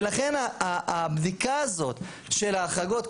ולכן הבדיקה הזאת של ההחרגות,